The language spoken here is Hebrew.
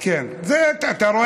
כן, זה, אתה רואה?